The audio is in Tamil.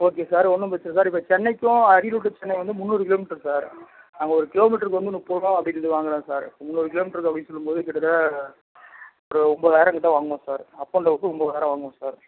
ஓகே சார் ஒன்றும் பிரச்சனை இல்லை சார் இப்போ சென்னைக்கும் அரியலூர் டு சென்னை வந்து முந்நூறு கிலோமீட்டர் சார் நாங்கள் ஒரு கிலோமீட்டருக்கு வந்து முப்பதுரூவா அப்படினு சொல்லி வாங்குகிறோம் சார் முந்நூறு கிலோமீட்டருக்கு அப்படினு சொல்லும்போது கிட்ட தட்ட ஒரு ஒம்போதாயிரம் கிட்டே வாங்குவோம் சார் அப் அண்ட் டௌனுக்கு ஒம்போதாயிரம் வாங்குவோம் சார்